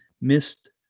missed